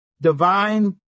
Divine